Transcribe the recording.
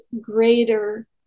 greater